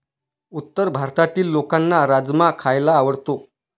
उत्तर भारतातील लोकांना राजमा खायला आवडतो